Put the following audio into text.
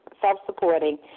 self-supporting